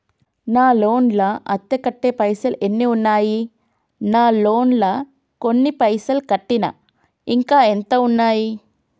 నా లోన్ లా అత్తే కట్టే పైసల్ ఎన్ని ఉన్నాయి నా లోన్ లా కొన్ని పైసల్ కట్టిన ఇంకా ఎంత ఉన్నాయి?